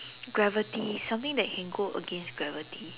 gravity something that can go against gravity